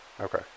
Okay